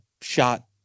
shot